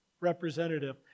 representative